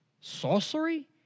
sorcery